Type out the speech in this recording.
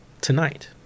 tonight